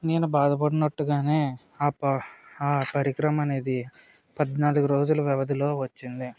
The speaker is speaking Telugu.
నేను బాదపడినట్టుగానే ఆ ప ఆ పరికరం అనేది పద్నాలుగు రోజులు వ్యవధిలో వచ్చింది